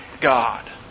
God